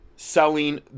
selling